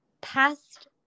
past